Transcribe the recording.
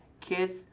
kids